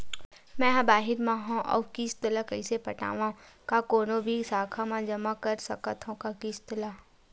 मैं हा बाहिर मा हाव आऊ किस्त ला कइसे पटावव, का कोनो भी शाखा मा जमा कर सकथव का किस्त ला?